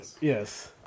Yes